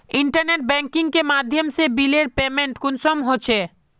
Internet banking के माध्यम से बिलेर पेमेंट कुंसम होचे?